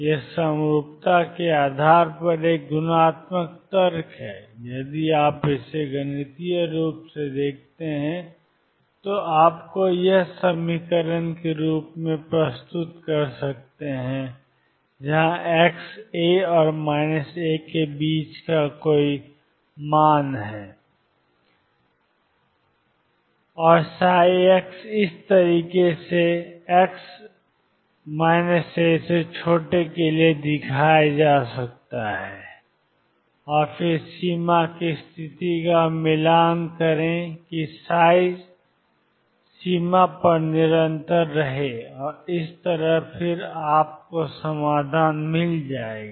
यह समरूपता के आधार पर एक गुणात्मक तर्क है यदि आप इसे गणितीय रूप से करते हैं तो आप क्या कहेंगे xAe 2mE2x xa xBe 2mE2xCe2mE2x x के बीच a और a और xDe2mE2xfor x a के लिए x ए और फिर सीमा की स्थिति का मिलान करें कि सीमा पर निरंतर रहें और इसी तरह और फिर आपको समाधान मिल जाएगा